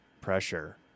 pressure